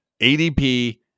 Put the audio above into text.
ADP